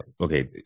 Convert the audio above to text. okay